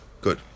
Good